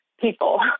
people